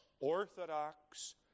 Orthodox